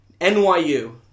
NYU